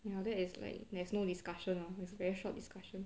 ya that is like there's no discussion lah it's a very short discussion